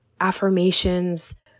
affirmations